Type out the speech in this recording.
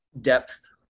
depth